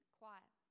quiet